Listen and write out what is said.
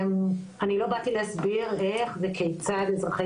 אני לא באתי להסביר איך וכיצד אזרחי